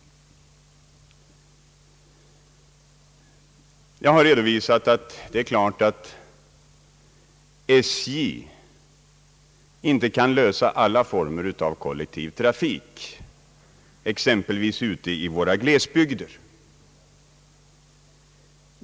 Jag har redovisat att SJ givetvis inte kan lösa alla former av kollektiv trafik, exempelvis ute i våra glesbygder.